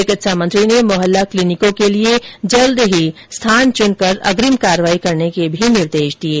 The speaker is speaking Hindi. चिकित्सा मंत्री ने मोहल्ला क्लिनिकों के लिए जल्द ही स्थान चुनकर अग्रिम कार्रवाई करने के भी निर्देश दिये